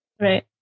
Right